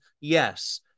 yes